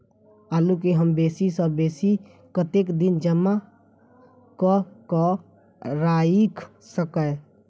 आलु केँ हम बेसी सऽ बेसी कतेक दिन जमा कऽ क राइख सकय